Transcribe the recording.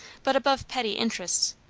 but above petty interests.